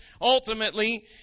ultimately